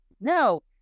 No